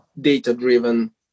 data-driven